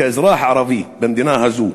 כאזרח ערבי במדינה הזאת,